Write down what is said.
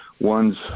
One's